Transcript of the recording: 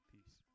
Peace